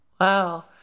Wow